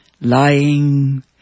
Lying